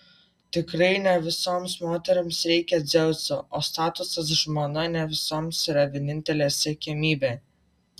tikrai ne visoms moterims reikia dzeuso o statusas žmona ne visoms yra vienintelė siekiamybė